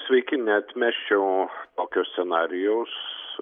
sveiki neatmesčiau tokio scenarijaus